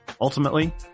Ultimately